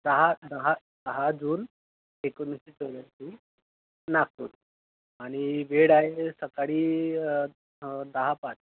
दहा दहा दहा जून एकोणीसशे चौऱ्याऐंशी नागपूर आणि वेळ आहे सकाळी दहा पाच